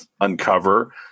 uncover –